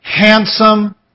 handsome